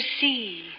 see